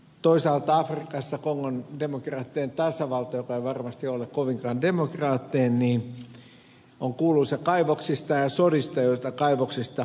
toisaalta afrikassa kongon demokraattinen tasavalta joka ei varmasti ole kovinkaan demokraattinen on kuuluisa kaivoksista ja sodista joita kaivoksista käydään